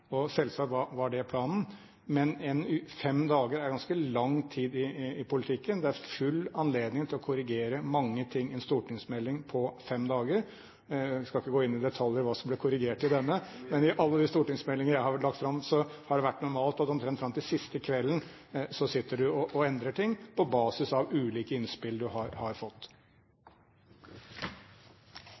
Selvsagt var det planen. Men fem dager er ganske lang tid i politikken. Det er full anledning til å korrigere mange ting i en stortingsmelding på fem dager. Jeg skal ikke gå i detalj om hva som ble korrigert i denne. Jo, gjerne! Men i alle de stortingsmeldinger jeg har lagt fram, har det vært normalt at omtrent fram til siste kvelden sitter man og endrer ting på basis av ulike innspill man har fått.